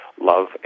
love